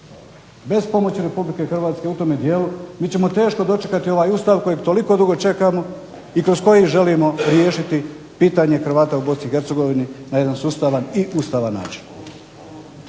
Bez pomoći RH u tome dijelu mi ćemo teško dočekati ovaj Ustav kojeg toliko dugo čekamo i kroz koji želimo riješiti pitanje Hrvata u BiH na jedan sustavan i ustavan način.